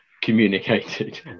communicated